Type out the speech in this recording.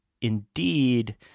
indeed